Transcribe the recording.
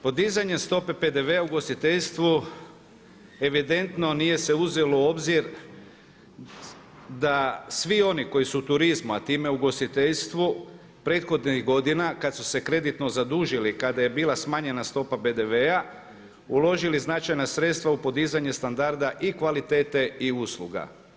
Podizanjem stope PDV-a u ugostiteljstvu evidentno nije se uzelo u obzir da svi oni koji su u turizmu, a time u ugostiteljstvu prethodnih godina kad su se kreditno zadužili, kada je bila smanjena stopa PDV-a uložili značajna sredstva u podizanje standarda i kvalitete i usluga.